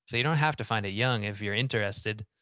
you don't have to find it young if you're interested.